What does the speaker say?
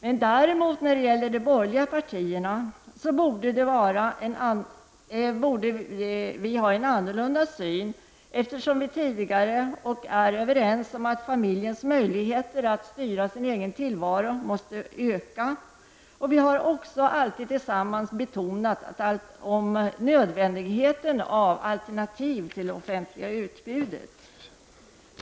Men däremot borde de borgerliga partierna ha en annorlunda syn eftersom vi tidigare var överens om att familjens möjlighet att styra sin egen tillvaro måste öka. Vi har också alltid tillsammans betonat nödvändigheten av alternativ till det offentliga utbudet.